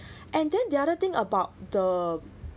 and then the other thing about the